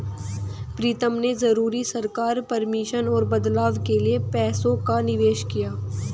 प्रीतम ने जरूरी सरकारी परमिशन और बदलाव के लिए पैसों का निवेश किया